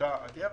באותה הדרך,